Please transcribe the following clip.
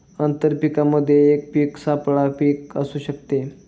आंतर पीकामध्ये एक पीक सापळा पीक असू शकते